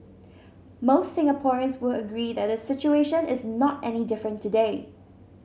most Singaporeans would agree that the situation is not any different today